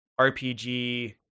RPG